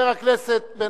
חבר הכנסת בן-ארי.